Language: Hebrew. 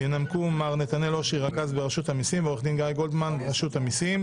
ינמק עורך דין גיא גולדמן מרשות המסים.